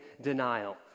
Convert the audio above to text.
Denial